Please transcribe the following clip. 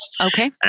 Okay